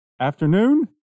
afternoon